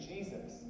Jesus